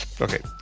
Okay